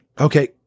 Okay